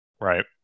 Right